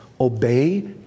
obey